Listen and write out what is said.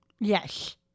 Yes